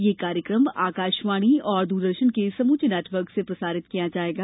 यह कार्यक्रम आकाशवाणी और दूरदर्शन के समूचे नेटवर्क से प्रसारित किया जाएगा